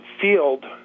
field